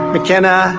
McKenna